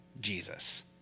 Jesus